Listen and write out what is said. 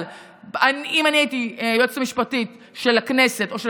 אבל אם אני הייתי היועצת המשפטית של הכנסת או של